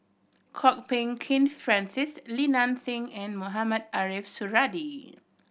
Kwok Peng Kin Francis Li Nanxing and Mohamed Ariff Suradi